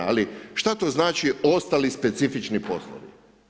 Ali šta to znači, ostali specifični poslovi?